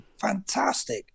Fantastic